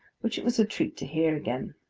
which it was a treat to hear again.